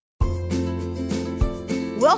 Welcome